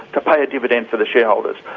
to pay a dividend for the shareholders.